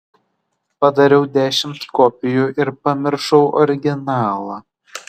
padariau dešimt kopijų ir pamiršau originalą